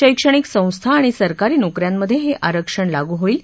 शैक्षणिक संस्था आणि सरकारी नोक यांमध्ये हे आरक्षण लागू होईल